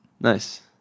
Nice